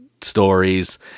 stories